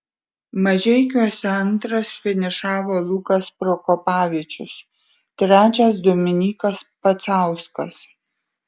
mažeikiuose antras finišavo lukas prokopavičius trečias dominykas pacauskas